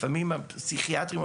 לפעמים הפסיכיאטרים,